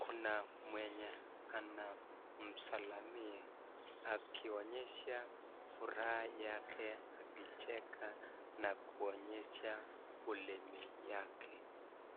kuna mwenye anamsalamia akionyesha furaha yake akicheka na kuonyesha ulimi yake.